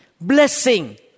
blessing